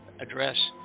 address